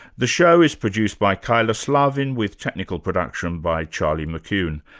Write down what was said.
the show is produced by kyla slaven, with technical production by charlie mckune.